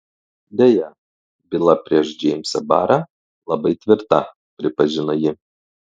deja byla prieš džeimsą barą labai tvirta pripažino ji